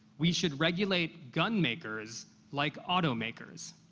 we should regulate gunmakers like automakers.